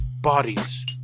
bodies